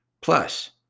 Plus